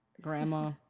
grandma